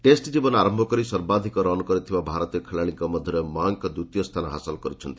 test ଜୀବନ ଆରମ୍ଭ କରି ସର୍ବାଧିକ ରନ୍ କରିଥିବା ଭାରତୀୟ ଖେଳାଳିଙ୍କ ମଧ୍ୟରେ ମାୟଙ୍କ ଦ୍ୱିତୀୟ ସ୍କାନ ହାସଲ କରିଛନ୍ତି